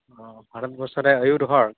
ᱚ ᱵᱷᱟᱨᱚᱛ ᱵᱚᱨᱥᱚ ᱨᱮ ᱟᱹᱭᱩᱨ ᱦᱚᱲ